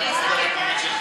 אדוני היושב-ראש,